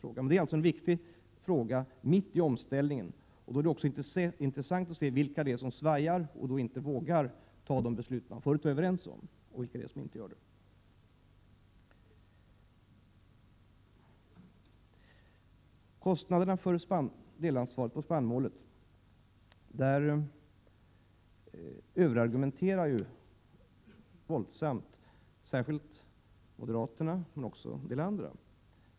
Det handlar om en viktig fråga mitt i omställningen, och då är det också intressant att se vilka som svajar och inte vågar ta de beslut som vi förut var överens om. Beträffande kostnaderna för och delansvaret för spannmålsproduktionen överargumenteras det våldsamt. Särskilt moderaterna men även en del andra gör det.